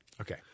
Okay